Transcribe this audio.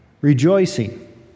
rejoicing